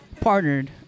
Partnered